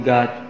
God